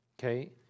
okay